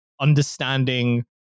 understanding